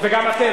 גם אתם.